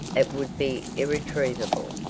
it would be irretrievable.